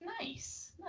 nice